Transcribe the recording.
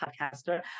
podcaster